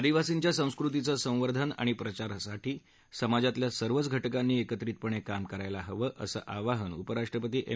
आदिवासींच्या संस्कृतीचं संवर्धन आणि प्रसारासाठी समाजातल्या सर्वच घटकांनी एकत्रितपणे काम करायला हवं असं आवाहन उपराष्ट्रपती एम